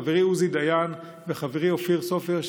חברי עוזי דיין וחברי אופיר סופר,